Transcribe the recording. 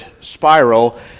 spiral